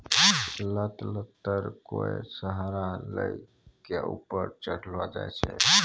लत लत्तर कोय सहारा लै कॅ ऊपर चढ़ैलो जाय छै